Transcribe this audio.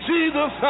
Jesus